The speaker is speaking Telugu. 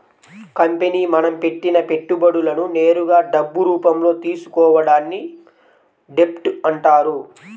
కంపెనీ మనం పెట్టిన పెట్టుబడులను నేరుగా డబ్బు రూపంలో తీసుకోవడాన్ని డెబ్ట్ అంటారు